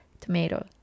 tomato